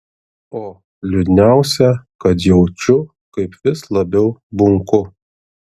o liūdniausia kad jaučiu kaip vis labiau bunku